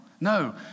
no